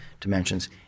dimensions